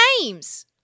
names